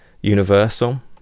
Universal